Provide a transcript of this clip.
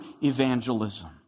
evangelism